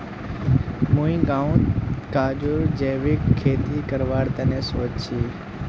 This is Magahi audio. मुई गांउत काजूर जैविक खेती करवार तने सोच छि